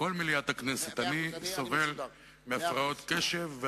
מליאת הכנסת: אני סובל מהפרעות קשב,